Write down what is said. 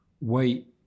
wait